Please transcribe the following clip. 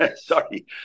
sorry